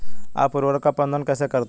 आप उर्वरक का प्रबंधन कैसे करते हैं?